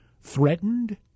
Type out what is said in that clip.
threatened